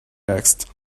next